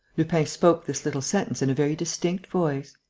lupin spoke this little sentence in a very distinct voice.